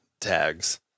tags